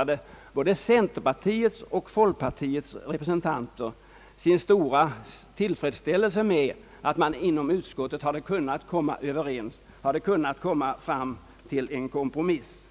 att både centerpartiets och folkpartiets representanter i riksdagsdebatten den 14 december 1966 uttalade sin stora tillfredsställelse över att utskottet hade kunnat komma överens och nått fram till en kompromiss.